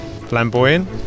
flamboyant